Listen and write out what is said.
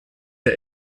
der